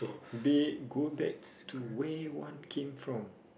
maybe go back to where one came from